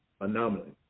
anomaly